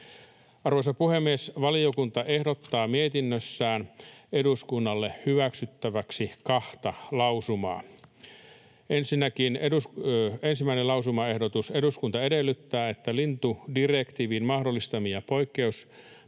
Arvoisa puhemies! Valiokunta ehdottaa mietinnössään eduskunnalle hyväksyttäväksi kahta lausumaa: Ensimmäinen lausumaehdotus: ”Eduskunta edellyttää, että lintudirektiivin mahdollistamia poikkeusmenettelyjä